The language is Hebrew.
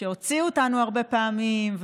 שהוציאו אותנו הרבה פעמים,